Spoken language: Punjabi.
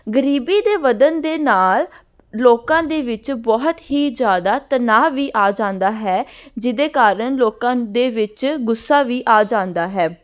ਗਰੀਬੀ ਦੇ ਵਧਣ ਦੇ ਨਾਲ ਲੋਕਾਂ ਦੇ ਵਿੱਚ ਬਹੁਤ ਹੀ ਜ਼ਿਆਦਾ ਤਣਾਅ ਵੀ ਆ ਜਾਂਦਾ ਹੈ ਜਿਹਦੇ ਕਾਰਣ ਲੋਕਾਂ ਦੇ ਵਿੱਚ ਗੁੱਸਾ ਵੀ ਆ ਜਾਂਦਾ ਹੈ